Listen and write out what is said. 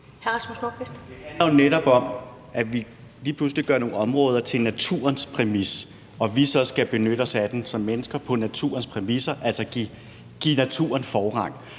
Det handler jo netop om, at vi lige pludselig indretter nogle områder på naturens præmisser, og at vi så skal benytte os af dem som mennesker på naturens præmisser, altså give naturen forrang.